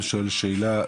סתם שאלה.